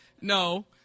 No